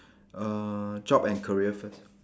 uh job and career first